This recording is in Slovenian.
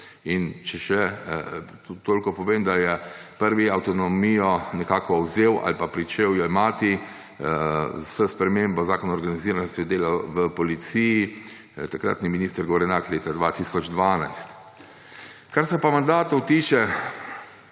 In če še toliko povem, da je prvi avtonomijo nekako vzel ali pa jo pričel jemati s spremembo Zakona o organiziranosti in delu v policiji takratni minister Gorenak leta 2012. Kar se pa mandatov tiče,